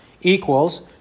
equals